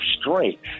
strength